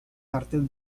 artes